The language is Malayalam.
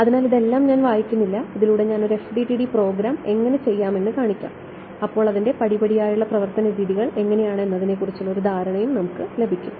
അതിനാൽ ഇതെല്ലാം ഞാൻ വായിക്കുന്നില്ല ഇതിലൂടെ ഞാൻ ഒരു FDTD പ്രോഗ്രാം എങ്ങനെ ചെയ്യാമെന്ന് കാണിക്കാം അപ്പോൾ അതിൻറെ പടി പടിയായുള്ള പ്രവർത്തനരീതികൾ എങ്ങനെയാണ് എന്നതിനെക്കുറിച്ചുള്ള ഒരു ധാരണയും നമുക്ക് ലഭിക്കും